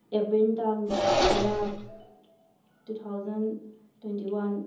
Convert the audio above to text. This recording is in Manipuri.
ꯑꯦꯄ꯭ꯔꯤꯟ ꯇꯥꯡ ꯇꯔꯥ ꯇꯨ ꯊꯥꯎꯖꯟ ꯇ꯭ꯋꯦꯟꯇꯤ ꯋꯥꯟ